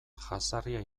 jazarria